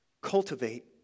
Cultivate